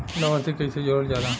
लभार्थी के कइसे जोड़ल जाला?